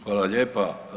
Hvala lijepa.